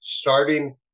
starting